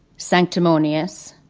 sanctimonious,